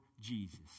Jesus